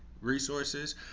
resources